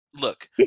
Look